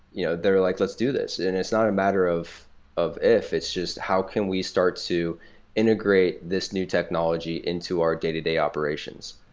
yeah they're like, let's do this. and it's not a matter of of if, it's just how can we start to integrate this new technology into our day-to-day operations?